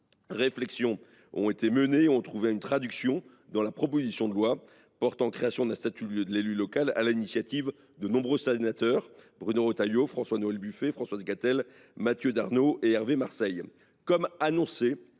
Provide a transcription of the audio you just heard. réflexions ont été menées et ont trouvé une traduction dans la proposition de loi portant création d’un statut de l’élu local, sur l’initiative des sénateurs Bruno Retailleau, François Noël Buffet, Françoise Gatel, Mathieu Darnaud et Hervé Marseille. Comme cela